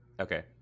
Okay